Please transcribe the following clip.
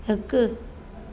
हिकु